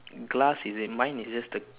glass is it mine is just the